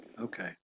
okay